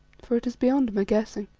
for it is beyond my guessing.